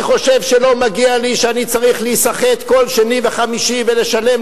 אני חושב שלא מגיע לי להיסחט כל שני וחמישי ולשלם